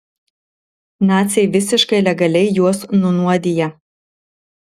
naciai visiškai legaliai juos nunuodija